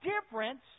difference